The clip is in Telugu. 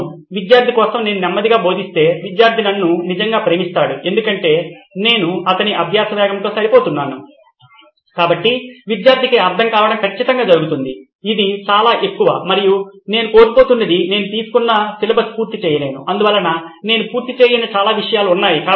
అవును విద్యార్థి కోసం నేను నెమ్మదిగా బోధిస్తే విద్యార్థి నన్ను నిజంగా ప్రేమిస్తాడు ఎందుకంటే నేను అతని అభ్యాస వేగంతో సరిపోతున్నాను కాబట్టి విద్యార్థికి అర్థం కావడం ఖచ్చితంగా జరుగుతుంది ఇది చాలా ఎక్కువ మరియు నేను కోల్పోతున్నది నేను తీసుకున్న సిలబస్ పూర్తి చేయలేను అందువల్ల నేను పూర్తి చేయని చాలా విషయాలు ఉన్నాయి